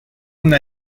una